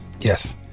Yes